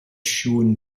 shown